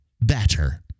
better